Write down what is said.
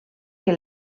que